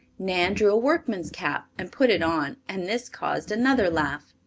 nan drew a workman's cap and put it on, and this caused another laugh.